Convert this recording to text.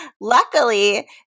Luckily